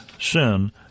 sin